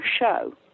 show